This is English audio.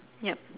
ya